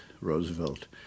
Roosevelt